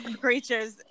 creatures